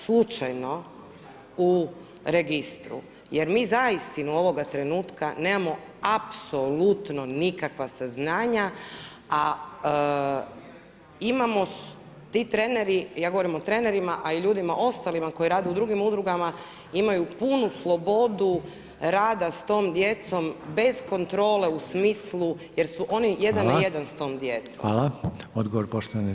Slučajno u registru, jer mi uistinu ovoga trenutka nemamo apsolutno nikakva saznanja a imamo, ti treneri, ja govorim o trenerima a i ljudima ostalima koji rade u drugim udrugama imaju punu slobodu rada s tom djecom bez kontrole u smislu jer su oni jedan na jedan s tom djecom.